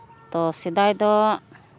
ᱛᱚ ᱥᱮᱫᱟᱭ ᱫᱚ